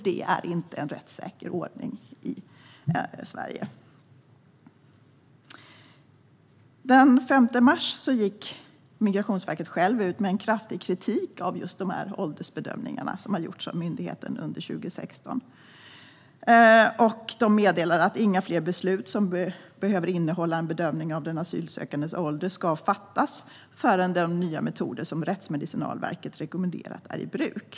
Det inte en rättssäker ordning i Sverige. Den 5 mars gick Migrationsverket ut med en kraftig kritik av de åldersbedömningar som gjordes av myndigheten under 2016. De meddelade att inga fler beslut som behöver innehålla en bedömning av den asylsökandes ålder ska fattas förrän de nya metoder som Rättsmedicinalverket rekommenderat är i bruk.